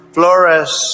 Flores